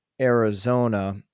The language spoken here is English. Arizona